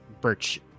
birch